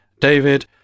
David